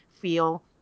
feel